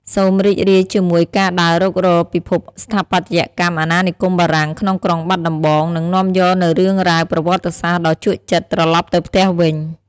សូមរីករាយជាមួយការដើររុករកពិភពស្ថាបត្យកម្មអាណានិគមបារាំងក្នុងក្រុងបាត់ដំបង និងនាំយកនូវរឿងរ៉ាវប្រវត្តិសាស្ត្រដ៏ជក់ចិត្តត្រឡប់ទៅផ្ទះវិញ។